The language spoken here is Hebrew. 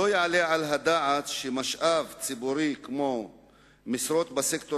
לא יעלה על הדעת שמשאב ציבורי כמו משרות בסקטור